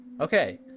Okay